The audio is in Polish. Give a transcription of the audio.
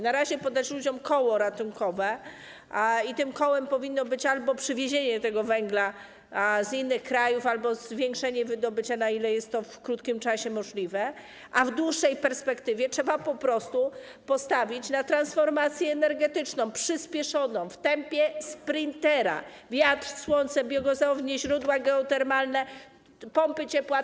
Na razie trzeba podać ludziom koło ratunkowe i tym kołem powinno być albo przywiezienie węgla z innych krajów, albo zwiększenie wydobycia, na ile jest to w krótkim czasie możliwe, a w dłuższej perspektywie trzeba po prostu postawić na transformację energetyczną przyspieszoną, w tempie sprintera - wiatr, słońce, biogazownie, źródła geotermalne, pompy ciepła.